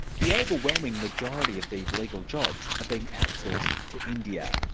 the overwhelming majority of these legal jobs are being outsourced to india.